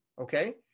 Okay